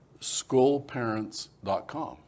schoolparents.com